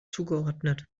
zugeordnet